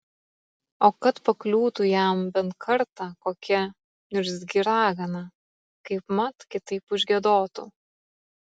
o kad pakliūtų jam bent kartą kokia niurzgi ragana kaipmat kitaip užgiedotų